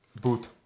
boot